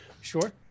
Sure